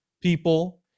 people